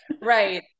right